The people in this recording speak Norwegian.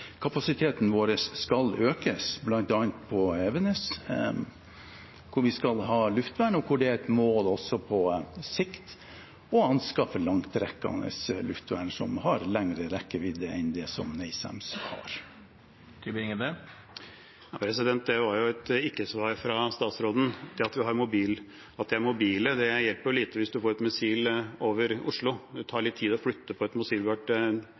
vår skal økes, bl.a. på Evenes, hvor vi skal ha luftvern, og hvor det er et mål også på sikt å anskaffe langtrekkende luftvern som har lengre rekkevidde enn NASAMS har. Det var jo et ikke-svar fra statsråden. Det at de er mobile, hjelper lite hvis man får et missil over Oslo. Det tar litt tid å flytte på et